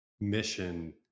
mission